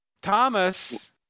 Thomas